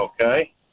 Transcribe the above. Okay